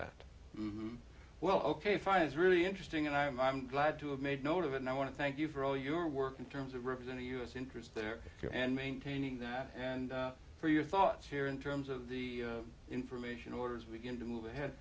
that well ok fire is really interesting and i'm i'm glad to have made note of it and i want to thank you for all your work in terms of represent a u s interest there here and maintaining that and for your thoughts here in terms of the information orders begin to move ahead